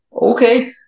Okay